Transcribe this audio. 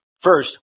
First